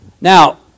Now